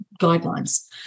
guidelines